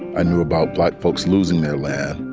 i knew about black folks losing their land.